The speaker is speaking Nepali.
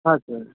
हजुर